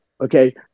okay